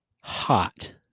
hot